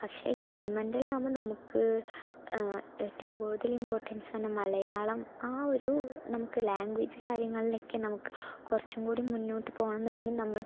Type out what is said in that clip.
പക്ഷേ ഗവൺമെന്റിലാകുമ്പോൾ നമുക്ക് ഏറ്റവും കൂടുതൽ ഇംപോർട്ടൻസാണ് മലയാളം ആ ഒരു നമുക്ക് ലാംഗ്വേജ് കാര്യങ്ങളിലൊക്കെ നമുക്ക് കുറച്ചും കൂടി മുന്നോട്ടു പോകണം എന്നുണ്ടെങ്കിൽ നമ്മൾ